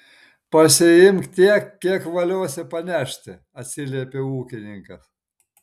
pasiimk tiek kiek valiosi panešti atsiliepė ūkininkas